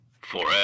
Forever